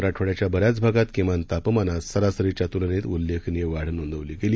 मराठवाङ्याच्या बऱ्याच भागात किमान तापमानात सरासरीच्या तुलनेत उल्लेखनीय वाढ नोंदवली गेली